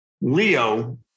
Leo